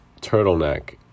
turtleneck